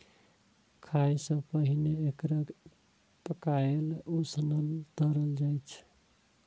खाय सं पहिने एकरा पकाएल, उसनल, तरल जाइ छै